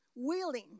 Willing